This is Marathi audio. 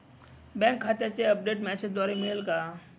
बँक खात्याचे अपडेट मेसेजद्वारे मिळेल का?